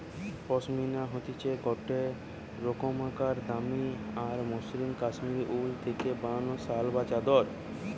পশমিনা হতিছে গটে রোকমকার দামি আর মসৃন কাশ্মীরি উল থেকে বানানো শাল বা চাদর